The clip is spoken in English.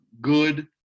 good